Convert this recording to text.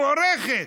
מוערכת,